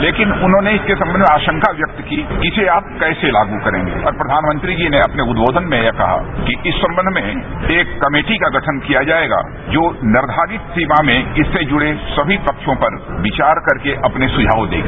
लेकिन उन्होंने इसके संबंध में आशंका व्यक्त की इसे आप कैसे लागू करेंगे और प्रधानमंत्री जी ने अपने उद्बोघन में यह कहा कि इस संबंध में एक कमेटी का गठन किया जाएगा जो निर्धारित सीमा में इससे जुड़े सभी पक्षों पर विचार करके अपने सुझाव देगी